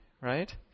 right